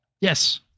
Yes